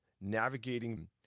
navigating